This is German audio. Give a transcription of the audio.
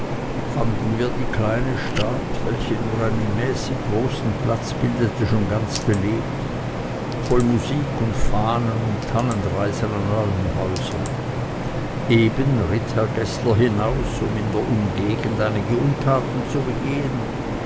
fanden wir die kleine stadt welche nur einen mäßig großen platz bildete schon ganz belebt voll musik und fahnen und tannenreiser an allen häusern eben ritt herr geßler hinaus um in der umgegend einige untaten zu begehen